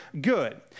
good